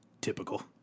Typical